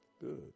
Good